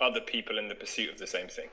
other people in the pursuit of the same thing?